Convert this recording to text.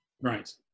right